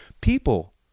People